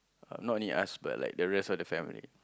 uh not only us but like the rest of the family